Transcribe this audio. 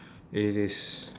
it is